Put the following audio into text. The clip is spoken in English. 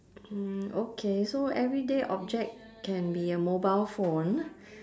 mm okay so everyday object can be a mobile phone